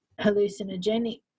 hallucinogenic